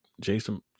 jason